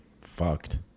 fucked